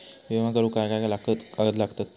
विमा करुक काय काय कागद लागतत?